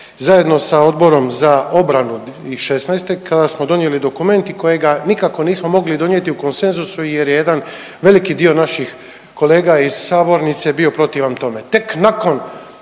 zajedno sa Odborom za obranu '16.-te kada smo donijeli dokument i kojega nikako nismo mogli donijeti u konsenzusu jer je jedan veliki dio naših kolega iz sabornice bio protivan tome.